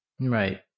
Right